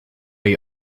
you